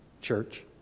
church